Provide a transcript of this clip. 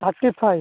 thirty five